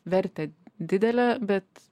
vertę didelę bet